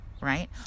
right